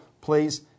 Please